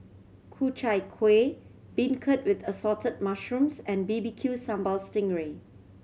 Ku Chai Kuih Beancurd with Assorted Mushrooms and B B Q Sambal sting ray